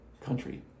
country